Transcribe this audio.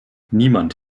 niemand